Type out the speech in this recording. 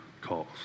calls